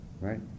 right